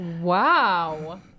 Wow